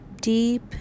deep